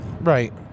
Right